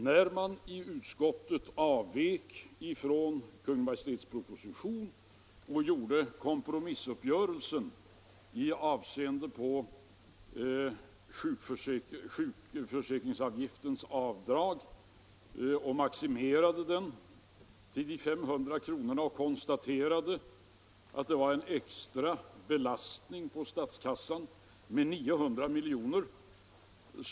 När man i utskottet avvikit från Kungl. Maj:ts proposition och gjort kompromissuppgörelsen i avseende på avdrag för sjukförsäkringsavgift genom maximering till 500 kronor har man konstaterat att detta avdrag medför en extra belastning på statskassan med 900 miljoner.